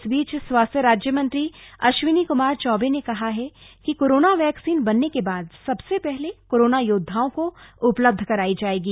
इस बीच स्वास्थ्य राज्य मंत्री अश्विनी क्मार चौबे ने कहा है कि कोरोना वक्सीन बनने के बाद सबसे पहले कोरोना योद्धाओं को उपलब्ध करायी जायेगी